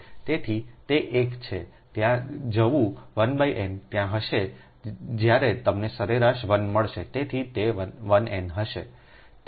તેથી તે એક છે ત્યાં જવું 1 n ત્યાં હશે જ્યારે તમને સરેરાશ 1 મળશે